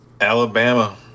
Alabama